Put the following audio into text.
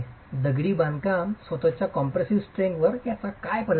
दगडी बांधकाम च्या स्वत च्या कॉम्प्रेसीव स्ट्रेंग्थ वर याचा कसा परिणाम होतो